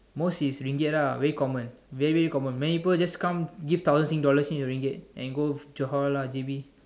most is Ringgit ah very common very very common many people just come give thousand sing dollars change to Ringgit and go Johor lah J_B